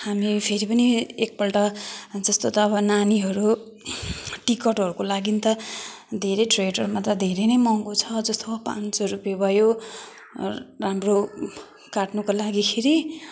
हामी फेरि पनि एकपल्ट जस्तो त अब नानीहरू टिकटहरूको लागि त धेरै थिएटरमा त धेरै नै महँगो छ जस्तो पाँच सौ रुपियाँ भयो र राम्रो काट्नुको लागिखेरि